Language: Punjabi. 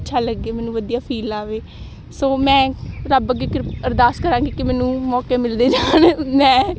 ਅੱਛਾ ਲੱਗੇ ਮੈਨੂੰ ਵਧੀਆ ਫੀਲ ਆਵੇ ਸੋ ਮੈਂ ਰੱਬ ਅੱਗੇ ਇੱਕ ਅਰਦਾਸ ਕਰਾਂਗੀ ਕਿ ਮੈਨੂੰ ਮੌਕੇ ਮਿਲਦੇ ਜਾਣ ਮੈਂ